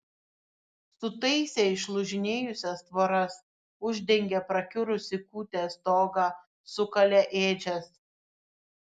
sutaisė išlūžinėjusias tvoras uždengė prakiurusį kūtės stogą sukalė ėdžias